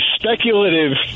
speculative